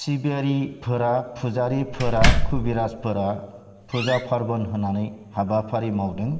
सिबियारिफोरा फुजारिफोरा खुबिराज फोरा फुजा फारबोन होनानै हाबाफारि मावदों